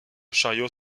chariot